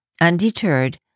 Undeterred